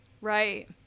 Right